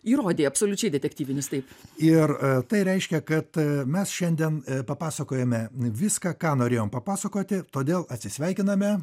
įrodei absoliučiai detektyvinis taip ir tai reiškia kad mes šiandien papasakojome viską ką norėjom papasakoti todėl atsisveikiname